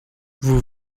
vous